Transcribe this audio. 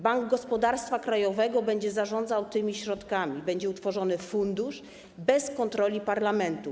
Bank Gospodarstwa Krajowego będzie zarządzał tymi środkami, będzie utworzony fundusz bez kontroli parlamentu.